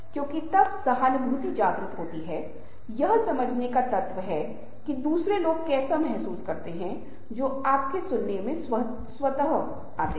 क्योंकि यह कुछ बहुत ही सरल बनाने या टूटने वाला रिश्ता है जो काफी हद तक हमारे संचार व्यवहार पर निर्भर करता है